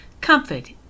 comfort